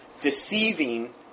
deceiving